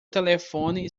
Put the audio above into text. telefone